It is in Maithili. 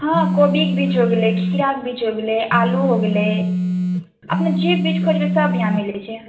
हँ कोबीके बीज हो गेलै खीराके बीज हो गेलै आलु हो गेलै अपने जे बीज खोजबै सब यहाँ मिलै छै